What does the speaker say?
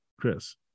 Chris